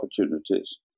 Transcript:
opportunities